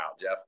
Jeff